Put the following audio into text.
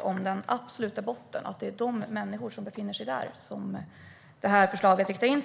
det om att det är människor som befinner sig på den absoluta botten som förslaget inriktas på.